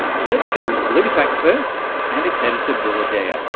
let's go with politifact first and its editor bill adair,